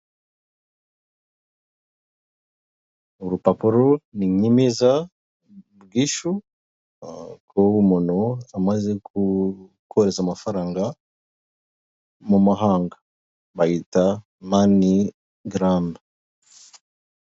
Urupapuro ni inyemeza bwishyu ko umuntu amaze kohereza amafaranga mu mahanga bayita mani garame.